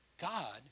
God